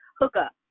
hookup